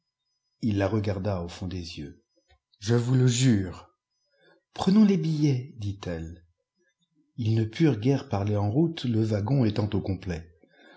ii la regarda au fond des yeux je vous le jure prenons les billets dit-elle ils ne purent guère parler en route le wagon étant au complet